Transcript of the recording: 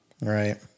Right